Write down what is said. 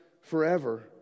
forever